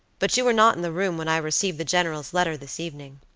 but you were not in the room when i received the general's letter this evening.